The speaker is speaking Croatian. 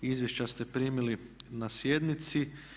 Izvješća ste primili na sjednici.